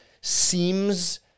seems